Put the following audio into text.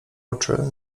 oczy